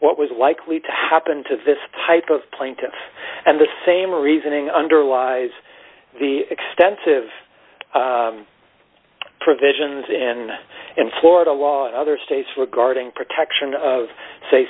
what was likely to happen to this type of plaintiff and the same reasoning underlies the extensive provisions in in florida law in other states regarding protection of say